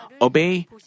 obey